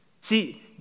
See